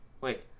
wait